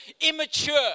immature